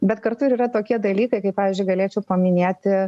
bet kartu ir yra tokie dalykai kaip pavyzdžiui galėčiau paminėti